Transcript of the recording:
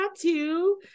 tattoo